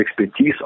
expertise